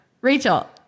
Rachel